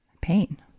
pain